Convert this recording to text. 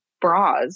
bras